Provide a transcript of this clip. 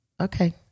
Okay